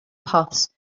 puffs